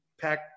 pack